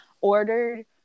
ordered